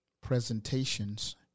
presentations